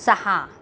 सहा